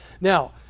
Now